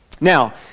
Now